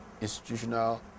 institutional